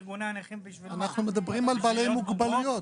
אנחנו מדברים על בעלי מוגבלויות.